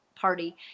party